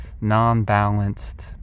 Non-balanced